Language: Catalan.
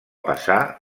passar